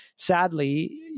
Sadly